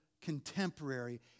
contemporary